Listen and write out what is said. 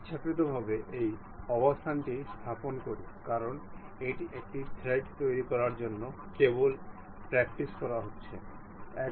সুতরাং আমরা একটি উন্নত মেটর কাছে যাব